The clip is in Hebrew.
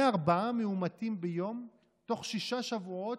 מארבעה מאומתים ביום, בתוך שישה שבועות,